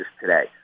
today